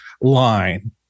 line